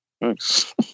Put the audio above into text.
thanks